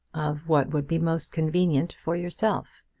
of what would be most convenient for yourself.